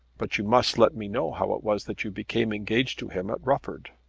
but you must let me know how it was that you became engaged to him at rufford.